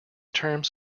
terms